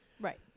right